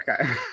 Okay